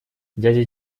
дядя